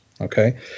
Okay